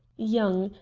young,